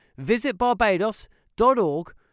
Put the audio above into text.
visitbarbados.org